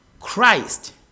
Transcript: Christ